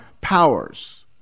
powers